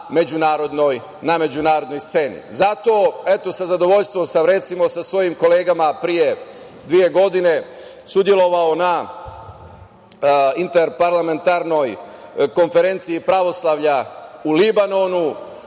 međunarodnoj sceni. Zato, eto sa zadovoljstvom sam sa svojim kolegama pre dve godine učestvovao na Interparlamentarnoj konferenciji pravoslavlja u Libanonu.